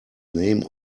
name